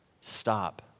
stop